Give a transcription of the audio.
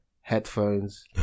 headphones